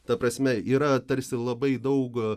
ta prasme yra tarsi labai daug